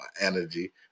energy